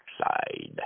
side